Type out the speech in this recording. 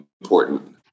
important